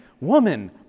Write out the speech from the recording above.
woman